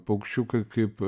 paukščiukai kaip